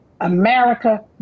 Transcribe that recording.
America